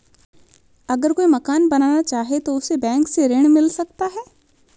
अगर कोई मकान बनाना चाहे तो उसे बैंक से ऋण मिल सकता है?